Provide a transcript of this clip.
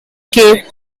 cape